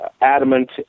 adamant